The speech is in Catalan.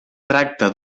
tracta